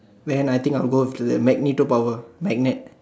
then I think I will go with the magnetic power magnet